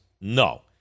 no